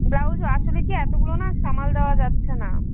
blouse আসলে কি এতগুলো না সামাল দেওয়া যাচ্ছে না